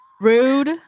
rude